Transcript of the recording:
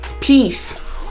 peace